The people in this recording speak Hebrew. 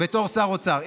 בתור שר אוצר.